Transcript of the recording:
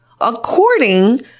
according